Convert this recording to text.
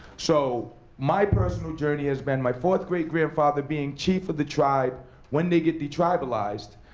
so my personal journey has been, my fourth great grandfather being chief of the tribe when they get detribalized,